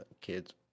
kids